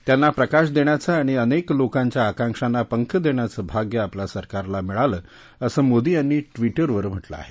त्यांना प्रकाश देण्याचं आणि अनेक लोकांच्या आकांक्षांना पंख देण्याचं भाग्य आपल्या सरकारला मिळालं असं मोदी यांनी ट्विटरवर म्हटलं आहे